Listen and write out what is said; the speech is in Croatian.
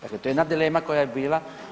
Dakle, to je jedna dilema koja je bila.